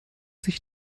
sich